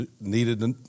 needed